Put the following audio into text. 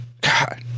God